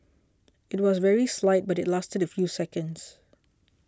it was very slight but it lasted a few seconds